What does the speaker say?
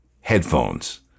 headphones